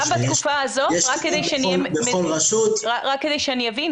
רק כדי שאני אבין,